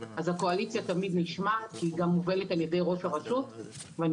הקואליציה תמיד נשמעת כי היא גם מובלת על ידי ראש הרשות ואני